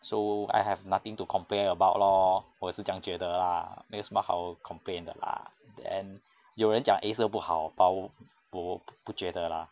so I have nothing to compare about lor 我是这样觉得 lah 没有什么好 complaint 的 lah then 有人讲 acer 不好 but 我我我不觉得 lah